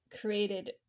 created